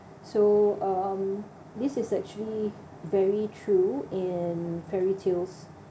so um this is actually very true in fairy tales